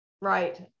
Right